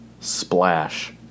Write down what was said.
Splash